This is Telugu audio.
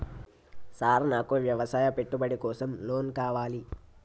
సార్ నాకు వ్యవసాయ పెట్టుబడి కోసం లోన్ కావాలి?